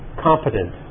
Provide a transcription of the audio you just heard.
competent